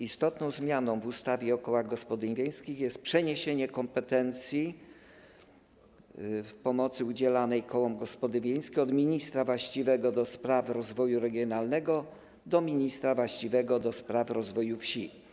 Istotną zmianą w ustawie o kołach gospodyń wiejskich jest przeniesienie kompetencji w przypadku udzielania pomocy kołom gospodyń wiejskich od ministra właściwego do spraw rozwoju regionalnego do ministra właściwego do spraw rozwoju wsi.